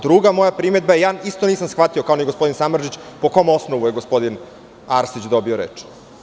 Druga moja primedba je što ja nisam shvatio, kao ni gospodin Samardžić, po kom osnovu je gospodin Arsić dobio reč?